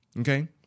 okay